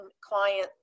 client